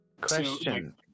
Question